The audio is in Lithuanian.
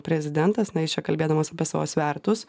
prezidentas na jis čia kalbėdamas apie savo svertus